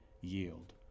yield